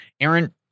Aaron